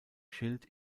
schild